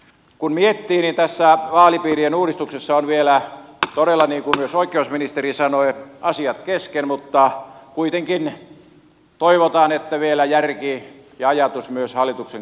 kun miettii niin tässä vaalipiirien uudistuksessa on vielä todella niin kuin myös oikeusministeri sanoi asiat kesken mutta toivotaan kuitenkin että vielä järki ja ajatus myös hallituksen kohdalla voittaisi